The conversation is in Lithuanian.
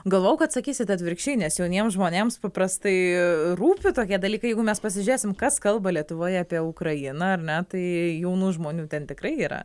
galvojau kad sakysit atvirkščiai nes jauniems žmonėms paprastai rūpi tokie dalykai jeigu mes pasižiūrėsim kas kalba lietuvoje apie ukrainą ar ne tai jaunų žmonių ten tikrai yra